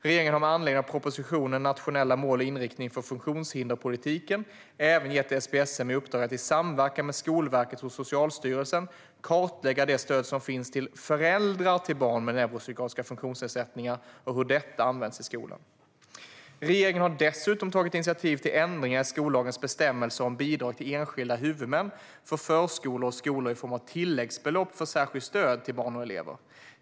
Regeringen har med anledning av propositionen Nationellt mål och inriktning för funktionshinder s politiken även gett SPSM i uppdrag att i samverkan med Skolverket och Socialstyrelsen kartlägga det stöd som finns till föräldrar till barn med neuropsykiatriska funktionsnedsättningar och hur detta används i skolan. Regeringen har dessutom tagit initiativ till ändringar i skollagens bestämmelser om bidrag till enskilda huvudmän för förskolor och skolor i form av tilläggsbelopp för särskilt stöd till barn och elever.